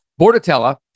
Bordetella